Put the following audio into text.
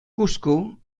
cuzco